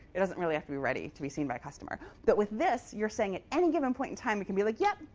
it doesn't really have to be ready to be seen by a customer. but with this, you're saying at any given point in time, you can be like yep,